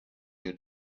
you